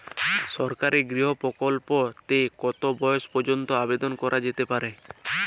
সরকারি গৃহ প্রকল্পটি তে কত বয়স পর্যন্ত আবেদন করা যেতে পারে?